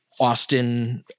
Austin